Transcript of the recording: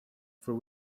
for